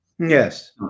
yes